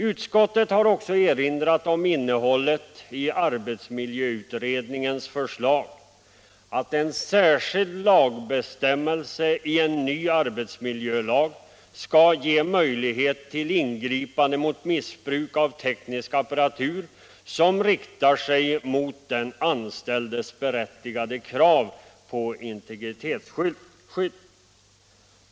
Utskottet har också erinrat om innehållet i arbetsmiljöutredningens förslag att en särskild lagbestämmelse i en ny arbetsmiljölag skall ge möjlighet till ingripande mot missbruk av teknisk apparatur, som riktar sig mot den anställdes berättigade krav på integritetsskydd.